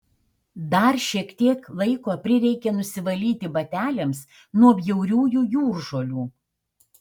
dar šiek tiek laiko prireikė nusivalyti bateliams nuo bjauriųjų jūržolių